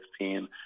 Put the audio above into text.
16